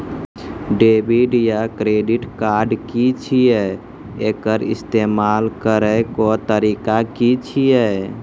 Debit या credit card की छियै? एकर इस्तेमाल करैक तरीका की छियै?